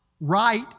right